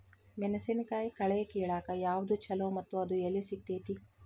ಮೆಣಸಿನಕಾಯಿ ಕಳೆ ಕಿಳಾಕ್ ಯಾವ್ದು ಛಲೋ ಮತ್ತು ಅದು ಎಲ್ಲಿ ಸಿಗತೇತಿ?